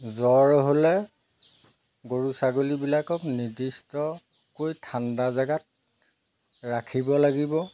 জ্বৰ হ'লে গৰু ছাগলীবিলাকক নিৰ্দিষ্টকৈ ঠাণ্ডা জাগাত ৰাখিব লাগিব